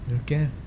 Okay